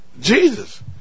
Jesus